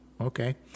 okay